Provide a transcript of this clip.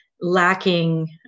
lacking